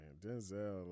Denzel